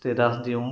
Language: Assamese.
ষ্টেছাছ দিওঁ